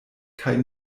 kaj